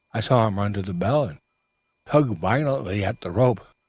i saw him run to the bell and tug violently at the rope.